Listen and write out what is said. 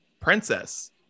princess